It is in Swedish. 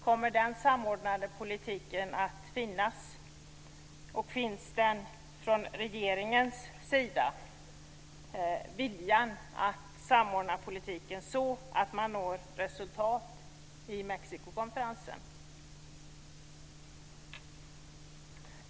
Kommer denna samordnade politik att finnas, och finns det från regeringens sida en vilja att samordna politiken så att man når resultat vid Mexikokonferensen?